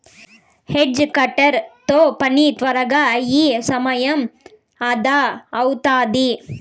hedge cutter తో పని త్వరగా అయి సమయం అదా అవుతాది